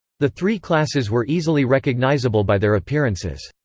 the three classes were easily recognisable by their appearances.